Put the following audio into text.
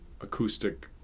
acoustic